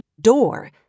door